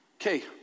Okay